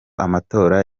amatora